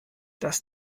dass